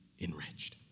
enriched